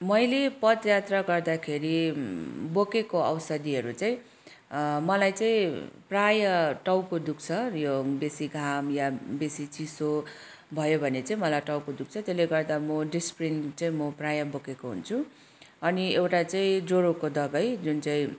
मैले पदयात्रा गर्दाखेरि बोकेको औषधिहरू चाहिँ मलाई चाहिँ प्राय टाउको दुख्छ यो बेसी घाम या बेसी चिसो भयो भने चाहिँ मलाई टाउको दुख्छ त्यसले गर्दा म डिसप्रिन चाहिँ म प्राय बोकेको हुन्छु अनि एउटा चाहिँ जरोको दवाई जुन चाहिँ